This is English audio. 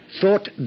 Thought